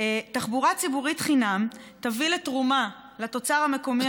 תחבורה ציבורית חינם תביא לתרומה לתוצר הלאומי